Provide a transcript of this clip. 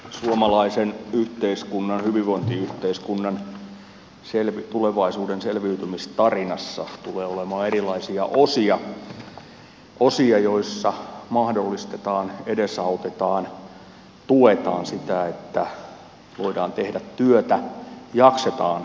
suomalaisen yhteiskunnan hyvinvointiyhteiskunnan tulevaisuuden selviytymistarinassa tulee olemaan erilaisia osia osia joissa mahdollistetaan edesautetaan tuetaan sitä että voidaan tehdä työtä jaksetaan siellä työpaikalla